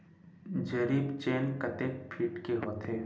जरीब चेन कतेक फीट के होथे?